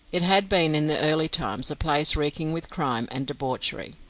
it had been, in the early times, a place reeking with crime and debauchery.